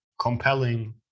compelling